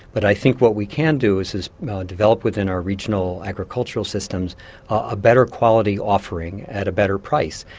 but i think what we can do is is develop within our regional agricultural systems a better quality offering at a better price.